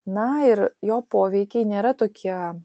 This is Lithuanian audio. na ir jo poveikiai nėra tokie